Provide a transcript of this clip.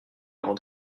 avant